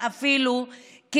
אפילו קטן,